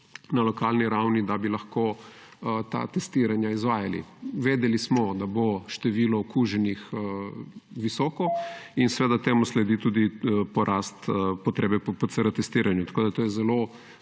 na lokalni ravni, da bi lahko ta testiranja izvajali? Vedeli smo, da bo število okuženih visoko, in seveda temu sledi tudi porast potrebe po testiranju PCR. To je vsaj